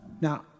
Now